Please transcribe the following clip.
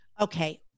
Okay